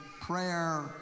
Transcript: prayer